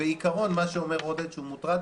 אומר שהוא מוטרד